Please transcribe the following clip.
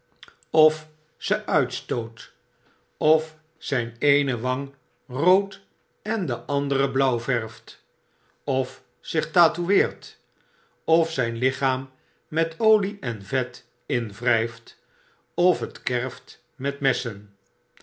of ze uitstoot of zyn eene wang rood en de andere blauw verft of zich tatoeeert of zijn lichaam met olie en vet inwrflft of het kerft met messen